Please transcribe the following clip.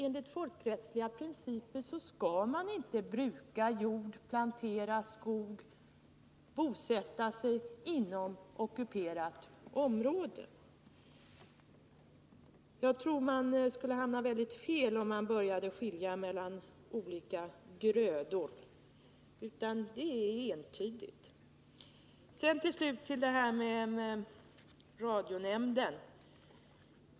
Enligt folkrättsliga principer skall man inte bruka jord, plantera skog eller bosätta sig inom ockuperat område. Jag tror att vi skulle hamna mycket fel om vi började skilja på olika grödor — principerna är entydiga. Till sist vill jag kommentera radionämndens utslag.